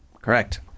Correct